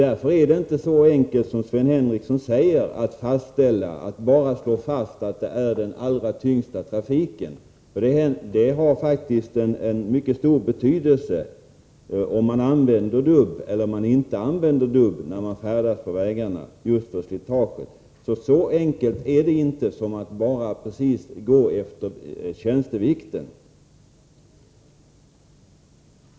Därför är det inte så enkelt som Sven Henricsson säger att bara slå fast att slitaget beror enbart på den allra tyngsta trafiken. Om man använder dubbdäck eller inte när man färdas på vägarna har mycket stor betydelse för slitaget. Det räcker inte med att bara gå efter tjänstevikten.